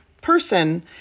person